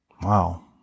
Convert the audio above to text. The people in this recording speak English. Wow